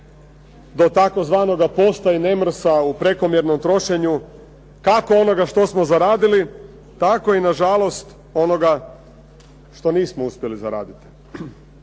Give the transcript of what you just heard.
do tzv. posta i nemrsa u prekomjernom trošenju kako onoga što smo zaradili tako nažalost i onoga što nismo uspjeli zaraditi.